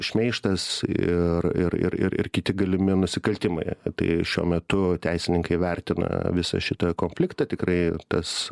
šmeižtas ir ir ir ir kiti galimi nusikaltimai tai šiuo metu teisininkai vertina visą šitą konfliktą tikrai tas